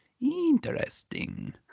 Interesting